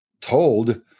told